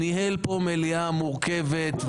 ניהל פה מליאה מורכבת,